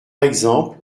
exemple